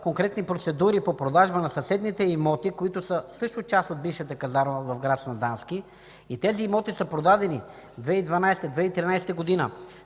конкретни процедури по продажба на съседните имоти, които са също част от бившата казарма в град Сандански, и тези имоти са продадени през 2012 г.